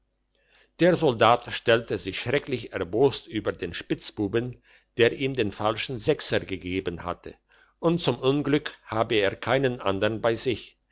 der soldat stellte sich schrecklich erbost über den spitzbuben der ihm den falschen sechser gegeben hatte und zum unglück habe er keinen andern bei sich